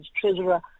Treasurer